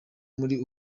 muri